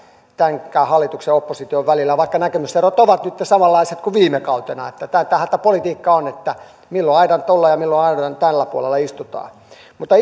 tämänkään hallituksen ja opposition välillä vaikka näkemyserot ovat nytten samanlaiset kuin viime kautena tätähän tämä politiikka on että milloin aidan tuolla ja milloin aidan tällä puolella istutaan mutta